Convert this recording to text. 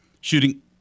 Shooting